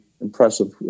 impressive